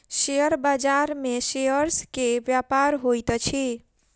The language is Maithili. शेयर बाजार में शेयर्स के व्यापार होइत अछि